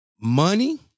money